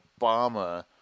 Obama